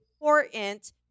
important